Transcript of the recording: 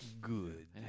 Good